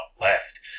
left